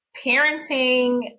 parenting